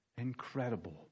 Incredible